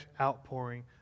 outpouring